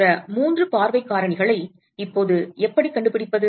மற்ற மூன்று பார்வைக் காரணிகளை இப்போது எப்படிக் கண்டுபிடிப்பது